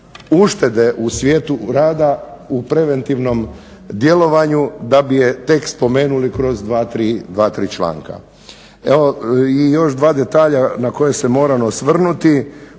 uštede u svijetu rada u preventivnom djelovanju da bi je tek spomenuli kroz dva, tri članka. Evo, i još dva detalja na koje se moram osvrnuti.